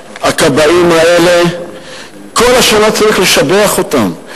הכבאים האלה כל השנה צריך לשבח אותם,